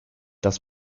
das